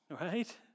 Right